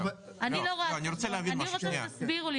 אני רוצה שתסבירו לי,